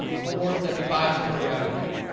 four seventy five somewhere around in there